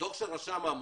דוח של רשם העמותות.